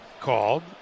called